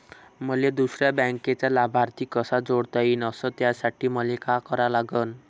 मले दुसऱ्या बँकेचा लाभार्थी कसा जोडता येईन, अस त्यासाठी मले का करा लागन?